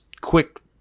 Quick